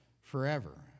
forever